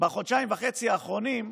בחודשיים וחצי האחרונים,